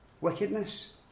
wickedness